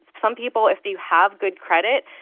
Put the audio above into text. some people, if you have good credit,